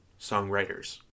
songwriters